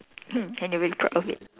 mm and you're really proud of it